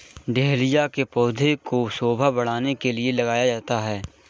dahlia के पौधे को शोभा बढ़ाने के लिए लगाया जाता है